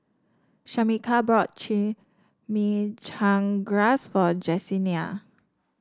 Shamika bought Chimichangas for Jessenia